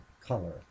color